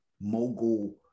mogul